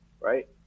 right